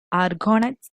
argonauts